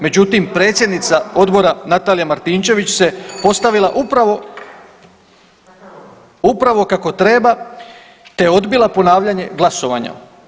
Međutim, predsjednica odbora Natalija Martinčević se postavila upravo, upravo kako treba te odbila ponavljanje glasovanja.